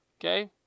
okay